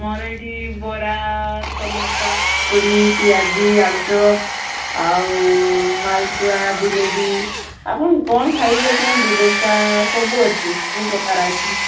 ମୋର ଏଇଠି ବରା ସମୋସା ପକୁଡ଼ି ପିଆଜି ଆଳୁଚପ୍ ଆଉ ମାଲପୁଆ ଜିଲେବି ଆପଣ କ'ଣ ଖାଇବେ କୁହନ୍ତୁ ଦୋସା ସବୁ ଅଛି ସବୁ ପ୍ରକାର ଆଇଟମ୍